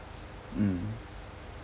mm